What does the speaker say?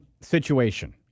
situation